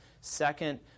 Second